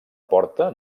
porta